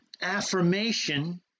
affirmation